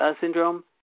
syndrome